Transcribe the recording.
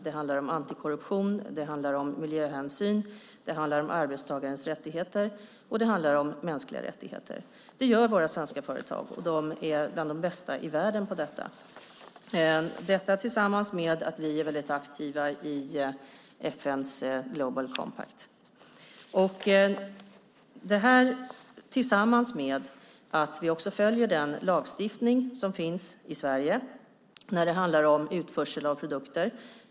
Det handlar om antikorruption, det handlar om miljöhänsyn, det handlar om arbetstagarens rättigheter och det handlar om mänskliga rättigheter. Det gör våra svenska företag. De är bland de bästa i världen på detta. Dessutom är vi väldigt aktiva i FN:s Global Compact. Vi följer också den lagstiftning som finns i Sverige när det handlar om utförsel av produkter.